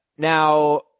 Now